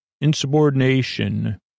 Insubordination